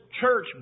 church